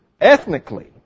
ethnically